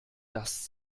das